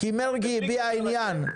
זה כי מרגי הביע עניין.